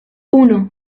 uno